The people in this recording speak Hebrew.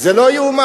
זה לא ייאמן.